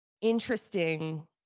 interesting